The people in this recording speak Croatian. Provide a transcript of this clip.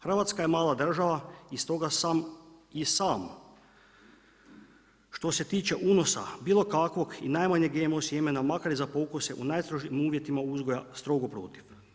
Hrvatska je mala država i stoga sam i sam što se tiče unosa bilo kakvog i najmanjeg GMO sjemena makar i za pokusa u najstrožim uvjetima uzgoja, strogo protiv.